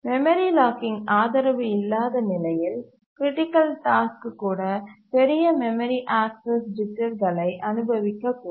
memory locking ஆதரவு இல்லாத நிலையில் கிரிட்டிக்கல் டாஸ்க் கூட பெரிய மெமரி ஆக்சஸ் ஜிட்டர்களை அனுபவிக்கக்கூடும்